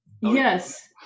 Yes